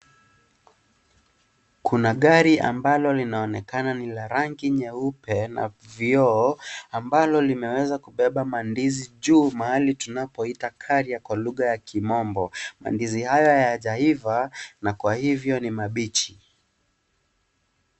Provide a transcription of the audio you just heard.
Kuna gari ambalo linaona ni la rangi nyeupe na vioo, ambalo limeweza kubeba mandizi juu, mahali tunapoita carrier Kwa kugha ya kimombo. Mandizi hayo hayajaiva na kwa hivyo, ni mabichi.